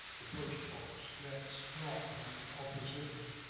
the postbox lets drop an opposite.